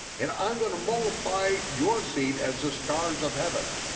and i'm gonna multiply your seed as the stars of heaven.